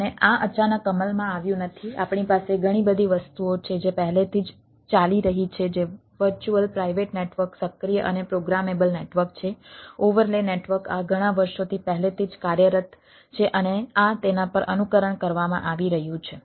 અને આ અચાનક અમલમાં આવ્યું નથી આપણી પાસે ઘણી બધી વસ્તુઓ છે જે પહેલેથી જ ચાલી રહી છે જે વર્ચ્યુઅલ પ્રાઇવેટ નેટવર્ક નેટવર્ક આ ઘણા વર્ષોથી પહેલેથી જ કાર્યરત છે અને આ તેના પર અનુકરણ કરવામાં આવી રહ્યું છે